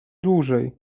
dłużej